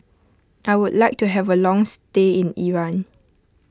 I would like to have a long stay in Iran